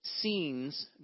scenes